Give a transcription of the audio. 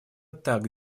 так